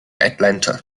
atlanta